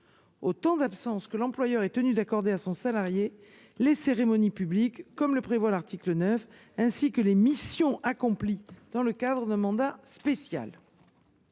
aux temps d’absence que l’employeur est tenu d’accorder à son salarié pour les cérémonies publiques, comme le prévoit l’article 9, les missions accomplies dans le cadre d’un mandat spécial.